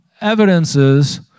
evidences